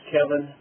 Kevin